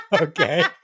Okay